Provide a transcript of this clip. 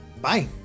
bye